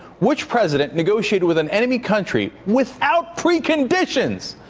which president negotiated with an enemy country without preconditions?